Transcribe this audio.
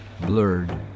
blurred